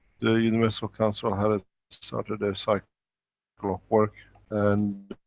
the universal council had ah started a cycle of work and.